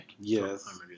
Yes